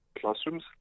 classrooms